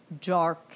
dark